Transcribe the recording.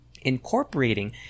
incorporating